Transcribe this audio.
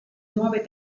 nuove